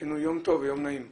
שיהיה לנו יום טוב ויום נעים.